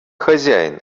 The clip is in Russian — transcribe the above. хозяин